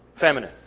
Feminine